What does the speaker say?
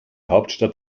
hauptstadt